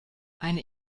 eine